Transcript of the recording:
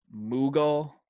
mughal